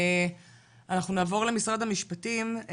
אנחנו נעבור למשרד המשפטים.